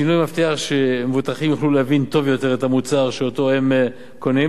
השינוי מבטיח שמבוטחים יוכלו להבין טוב יותר את המוצר שהם קונים